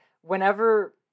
whenever